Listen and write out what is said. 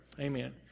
Amen